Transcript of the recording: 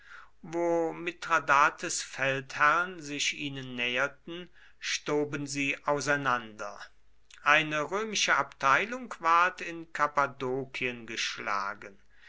wo mithradates feldherren sich ihnen näherten stoben sie auseinander eine römische abteilung ward in kappadokien geschlagen